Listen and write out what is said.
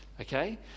okay